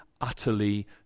utterly